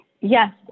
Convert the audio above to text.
Yes